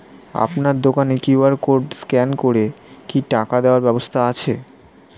আপনার দোকানে QR code scan করে কি টাকা দেওয়ার ব্যবস্থা আছে?